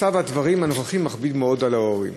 מצב הדברים הנוכחי מכביד מאוד על ההורים.